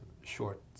short